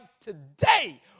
today